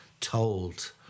told